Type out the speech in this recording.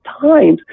times